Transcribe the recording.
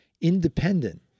independent